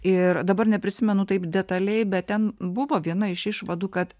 ir dabar neprisimenu taip detaliai bet ten buvo viena iš išvadų kad